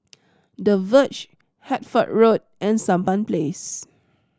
The Verge Hertford Road and Sampan Place